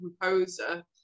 composer